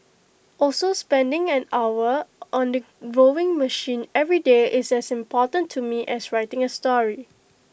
also spending an hour on the rowing machine every day is as important to me as writing A story